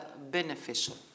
beneficial